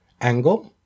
angle